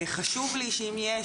חשוב לי שאם יש,